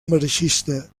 marxista